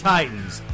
Titans